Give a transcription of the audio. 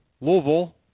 Louisville